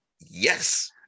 Yes